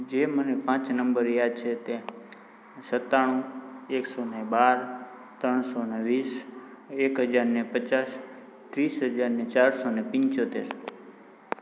જે મને પાંચ નંબર યાદ છે તે સત્તાણું એકસો ને બાર ત્રણસો ને વીસ એક હજાર ને પચાસ ત્રીસ હજાર ને ચારસો ને પંચોતેર